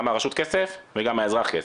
גם מהרשות כסף וגם מהאזרח כסף,